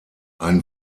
ein